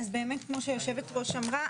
אז באמת כמו שהיושבת-ראש אמרה,